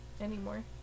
anymore